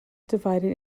divided